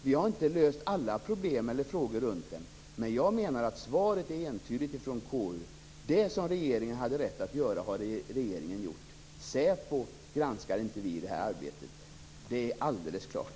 Vi har inte löst alla problem, men svaret är entydigt från KU: Det som regeringen hade rätt att göra har regeringen gjort. Vi granskar inte säpo i det här arbetet. Det är alldeles klart.